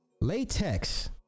latex